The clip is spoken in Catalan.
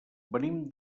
venim